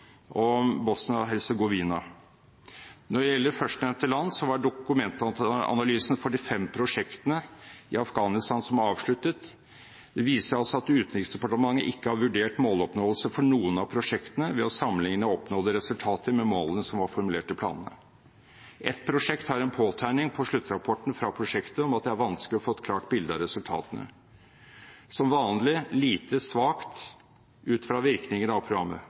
som er avsluttet, at Utenriksdepartementet ikke har vurdert måloppnåelse for noen av prosjektene ved å sammenligne oppnådde resultater med målene som var formulert i planene. Ett prosjekt har en påtegning på sluttrapporten fra prosjektet om at det er vanskelig å få et klart bilde av resultatene – som vanlig lite/svakt, ut fra virkninger av programmet.